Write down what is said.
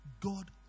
God